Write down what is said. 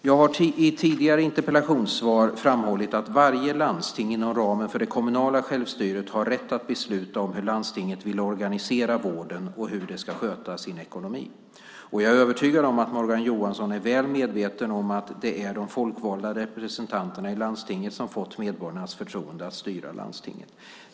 Jag har i tidigare interpellationssvar framhållit att varje landsting inom ramen för det kommunala självstyret har rätt att besluta om hur landstinget vill organisera vården och hur det ska sköta sin ekonomi. Och jag är övertygad om att Morgan Johansson är väl medveten om att det är de folkvalda representanterna i landstinget som har fått medborgarnas förtroende att styra landstinget.